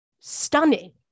stunning